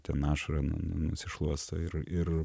ten ašarą nu nusišluosto ir ir